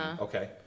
Okay